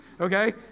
okay